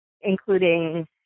including